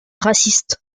racistes